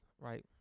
right